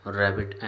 rabbit